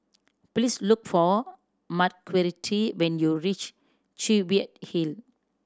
please look for Marguerite when you reach Cheviot Hill